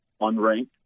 unranked